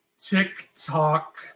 TikTok